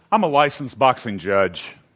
i'm a licensed boxing judge.